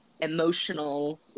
emotional